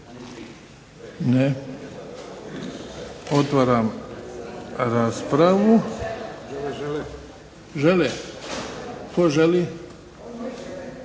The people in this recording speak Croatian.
Ne. Otvaram raspravu. Žele? Tko želi?